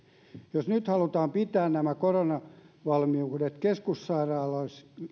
jos nyt halutaan pitää nämä koronavalmiudet keskussairaaloissa